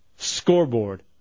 Scoreboard